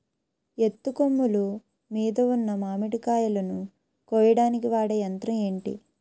ఎత్తు కొమ్మలు మీద ఉన్న మామిడికాయలును కోయడానికి వాడే యంత్రం ఎంటి?